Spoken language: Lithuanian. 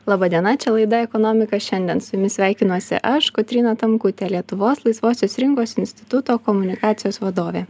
laba diena čia laida ekonomika šiandien su jumis sveikinuosi aš kotryna tamkutė lietuvos laisvosios rinkos instituto komunikacijos vadovė